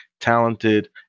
talented